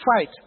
fight